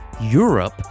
Europe